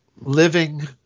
living